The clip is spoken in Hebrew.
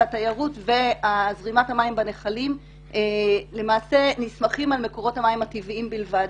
התיירות וזרימת המים בנחלים למעשה נסמכים על מקורות המים הטבעיים בלבד.